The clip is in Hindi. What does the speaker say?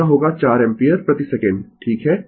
तो यह होगा 4 एम्पीयर प्रति सेकंड ठीक है